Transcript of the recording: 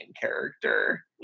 character